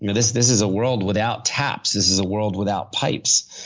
and this this is a world without taps. this is a world without pipes.